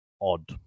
odd